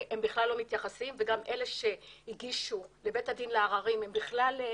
הם בכלל לא מתייחסים וגם אלה שהגישו בקשה לבית הדין לערערים הם מתעלמים.